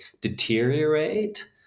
deteriorate